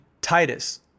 Titus